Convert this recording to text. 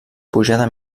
pujada